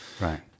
Right